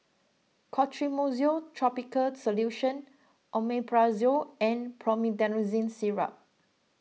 Clotrimozole Topical Solution Omeprazole and Promethazine Syrup